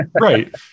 right